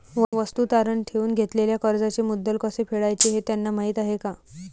वस्तू तारण ठेवून घेतलेल्या कर्जाचे मुद्दल कसे फेडायचे हे त्यांना माहीत आहे का?